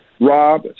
rob